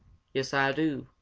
yes, ah do!